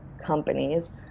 companies